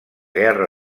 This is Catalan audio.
guerra